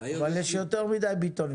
אנחנו תפסנו חומרי חקירה,